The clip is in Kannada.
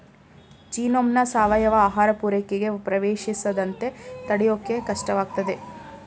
ಜೀನೋಮ್ನ ಸಾವಯವ ಆಹಾರ ಪೂರೈಕೆಗೆ ಪ್ರವೇಶಿಸದಂತೆ ತಡ್ಯೋಕೆ ಕಷ್ಟವಾಗ್ತದೆ